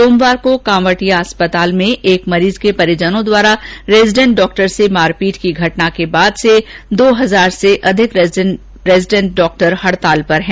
सोमवार को कांवटिया अस्पताल में एक मरीज के परिजनों द्वारा रेजीडेंट डॉक्टर से मारपीट की घटना के बाद से दो हजार से अधिक रेजीडेंट डॉक्टर हडताल पर हैं